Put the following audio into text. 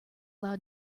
loud